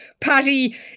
Patty